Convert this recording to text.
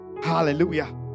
hallelujah